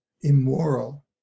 immoral